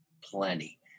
plenty